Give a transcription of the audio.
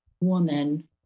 woman